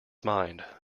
mind